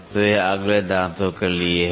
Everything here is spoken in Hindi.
तो यह अगले दांतों के लिए है